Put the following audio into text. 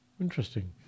Interesting